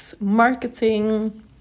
marketing